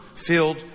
filled